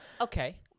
Okay